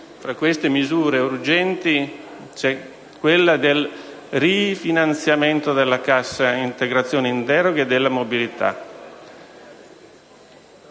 tra queste misure urgenti, c'è il rifinanziamento della cassa integrazione in deroga e della mobilità.